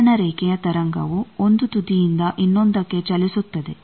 ಪ್ರಸರಣ ರೇಖೆಯ ತರಂಗವು 1 ತುದಿಯಿಂದ ಇನ್ನೊಂದಕ್ಕೆ ಚಲಿಸುತ್ತದೆ